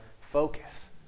focus